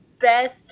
best